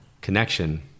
Connection